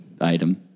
item